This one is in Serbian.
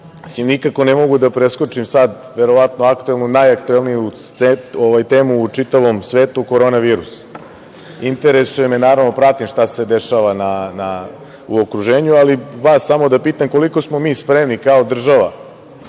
Nikako ne mogu da preskočim sada verovatno najaktuelniju temu u čitavom svetu, korona virus. Interesuje me, pratim naravno šta se dešava u okruženju, ali samo da vas pitam koliko smo mi spremni kao država